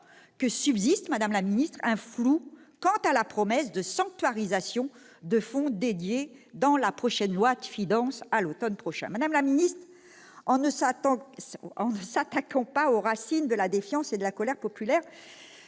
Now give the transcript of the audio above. que subsiste un flou, madame la ministre, quant à la promesse de sanctuarisation de fonds dédiés dans la prochaine loi de finances à l'automne prochain. En ne s'attaquant pas aux racines de la défiance et de la colère populaires,